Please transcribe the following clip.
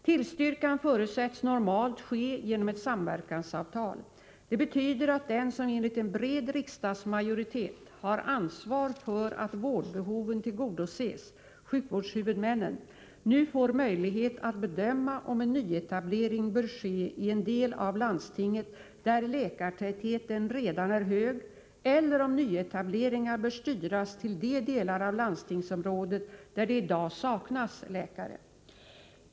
Tillstyrkan förutsätts normalt ske genom ett samverkansavtal. Det betyder att den som enligt en bred riksdagsmajoritet har ansvar för att vårdbehoven tillgodoses — sjukvårdshuvudmannen — nu får möjlighet att bedöma om en nyetablering bör ske i en del av landstinget där läkartätheten redan är hög eller om nyetableringar bör styras till de delar av landstingsområdet där det i dag saknas läkare.